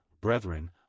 brethren